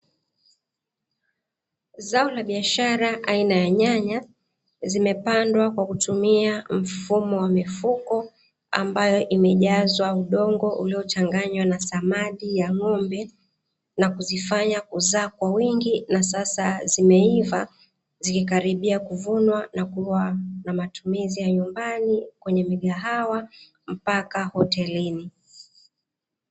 Zao la biashara aina ya nyanya, zimepandwa kwa kutumia mfumo wa mifuko, ambayo imejazwa udongo uliochanganywa na samadi ya ng'ombe na kuzifanya kuzaa kwa wingi na sasa zimeiva, zikikaribia kuvunwa na kuwa na matumizi ya nyumbani, kwenye migahawa mpaka hotelini.